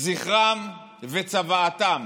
זכרם וצוואתם